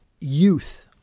youth